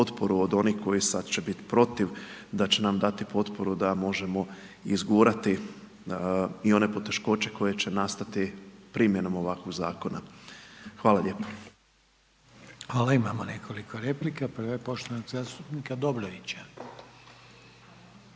od onih koji sad će biti protiv, da će nam dati potporu da možemo izgurati i one poteškoće koje će nastati primjenom ovakvog zakona. Hvala lijepo. **Reiner, Željko (HDZ)** Hvala. Imamo nekoliko replika. Prva je poštovanog zastupnika Dobrovića.